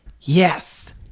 yes